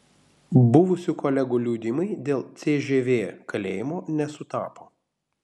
buvusių kolegų liudijimai dėl cžv kalėjimo nesutapo